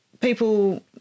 people